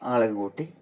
ആളെയും കൂട്ടി